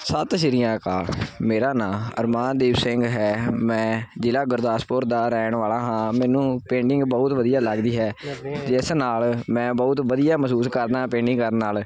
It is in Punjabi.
ਸਤਿ ਸ਼੍ਰੀ ਅਕਾਲ ਮੇਰਾ ਨਾਮ ਅਰਮਾਨਦੀਪ ਸਿੰਘ ਹੈ ਮੈਂ ਜ਼ਿਲ੍ਹਾ ਗੁਰਦਾਸਪੁਰ ਦਾ ਰਹਿਣ ਵਾਲਾ ਹਾਂ ਮੈਨੂੰ ਪੇਂਟਿੰਗ ਬਹੁਤ ਵਧੀਆ ਲੱਗਦੀ ਹੈ ਜਿਸ ਨਾਲ ਮੈਂ ਬਹੁਤ ਵਧੀਆ ਮਹਿਸੂਸ ਕਰਦਾ ਪੇਂਟਿੰਗ ਕਰਨ ਨਾਲ